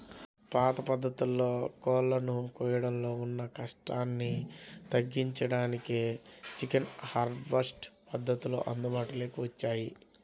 పాత పద్ధతుల్లో కోళ్ళను కోయడంలో ఉన్న కష్టాన్ని తగ్గించడానికే చికెన్ హార్వెస్ట్ పద్ధతులు అందుబాటులోకి వచ్చాయి